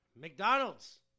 McDonald's